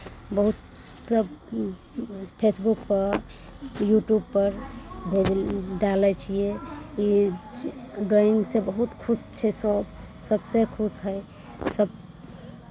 बहुत तब की जाइ छी फेसबुकपर यूट्यूबपर डालै छियै ई ड्राइंगसँ बहुत खुश छै सभ सरसभ से खुश छै सभ